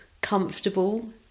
comfortable